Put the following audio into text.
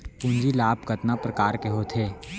पूंजी लाभ कतना प्रकार के होथे?